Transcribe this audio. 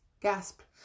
Gasped